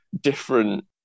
different